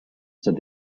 said